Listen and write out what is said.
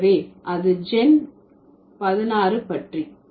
எனவே அது ஜென் பதினாறு பற்றி